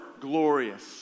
glorious